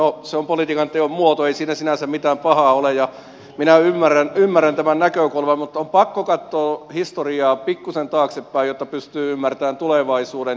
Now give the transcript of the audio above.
no se on politiikanteon muoto ei siinä sinänsä mitään pahaa ole ja minä ymmärrän tämän näkökulman mutta on pakko katsoa historiaa pikkuisen taaksepäin jotta pystyy ymmärtämään tulevaisuuden